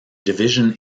division